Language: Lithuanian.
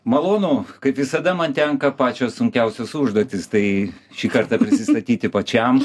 malonu kaip visada man tenka pačios sunkiausios užduotys tai šį kartą prisistatyti pačiam